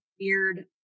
weird